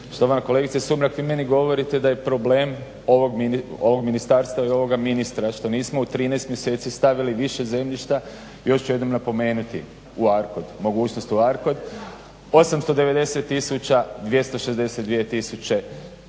Štovana kolegice Sumrak, vi meni govorite da je problem ovog ministarstva i ovoga ministra što nismo u 13 mjeseci stavili više zemljišta. Još ću jednom napomenuti u ARKOD, mogućnost u ARKOD, 890 tisuća 262